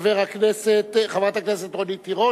חברת הכנסת רונית תירוש,